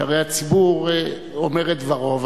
שהרי הציבור אומר את דברו,